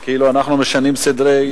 כי כאילו אנחנו משנים סדרי,